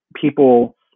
people